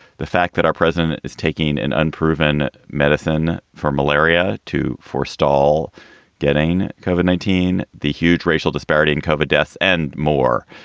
the fact that our president is taking an unproven medicine for malaria to forestall getting covered. nineteen the huge racial disparity in cova deaths and more.